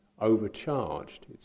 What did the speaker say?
overcharged